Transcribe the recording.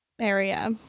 area